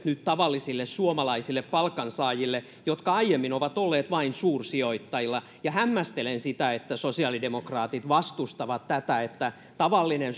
nyt tavallisille suomalaisille palkansaajille samanlaiset mahdollisuudet jotka aiemmin ovat olleet vain suursijoittajilla ja hämmästelen sitä että sosiaalidemokraatit vastustavat tätä että tavallinen